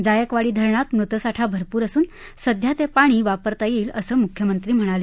जायकवाडी धरणात मृतसाठा भरपूर असून सध्या ते पाणी वापरता येईल असं मुख्यमंत्री म्हणाले